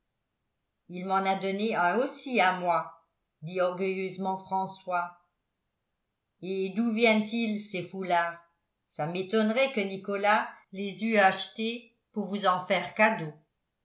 il m'en a donné un aussi à moi dit orgueilleusement françois et d'où viennent-ils ces foulards ça m'étonnerait que nicolas les eût achetés pour vous en faire cadeau